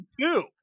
two